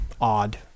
odd